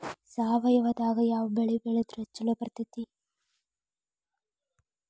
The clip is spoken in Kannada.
ಸಾವಯವದಾಗಾ ಯಾವ ಬೆಳಿ ಬೆಳದ್ರ ಛಲೋ ಬರ್ತೈತ್ರಿ?